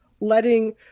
letting